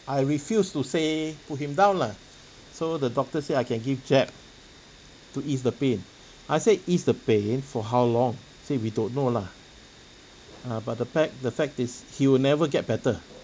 I refuse to say put him down lah so the doctor say I can give jab to ease the pain I said ease the pain for how long say we don't know lah ah but the pact the fact is he will never get better